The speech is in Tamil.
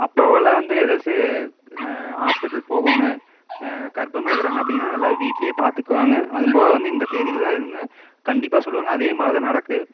அப்பல்லாம் வந்து எதாச்சும் ஹாஸ்பிட்டல் போகணும் கர்ப்பமா இருக்கிறாங்க அப்படினா எல்லாம் வீட்லேயே பார்த்துக்குவாங்க அதுவும் போக வந்து இந்த தேதியில் தான் இதுன்னு கண்டிப்பாக சொல்வாங்க அதேமாதிரி தான் நடக்கும்